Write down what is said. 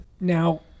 Now